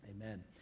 Amen